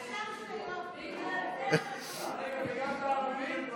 והשאר, רגע, וגם בערבית?